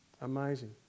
Amazing